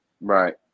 Right